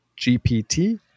GPT